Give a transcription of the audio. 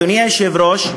אדוני היושב-ראש,